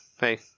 hey